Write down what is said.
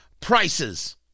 prices